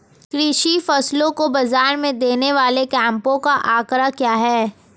कृषि फसलों को बाज़ार में देने वाले कैंपों का आंकड़ा क्या है?